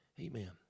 Amen